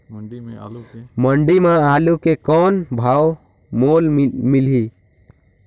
मंडी म आलू के कौन भाव मोल मिलही?